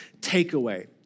takeaway